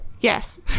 yes